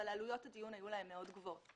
אבל עלויות הדיון היו להם מאוד גבוהות.